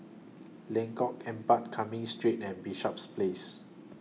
Lengkong Empat Cumming Street and Bishops Place